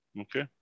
Okay